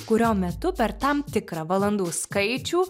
kurio metu per tam tikrą valandų skaičių